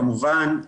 כמובן,